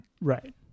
Right